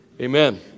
amen